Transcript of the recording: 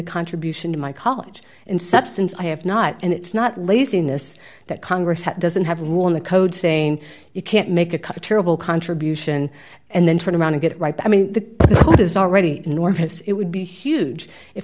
a contribution to my college in substance i have not and it's not laziness that congress that doesn't have worn the code saying you can't make a cut a terrible contribution and then turn around and get it right i mean the desire already enormous it would be huge if